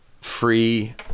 free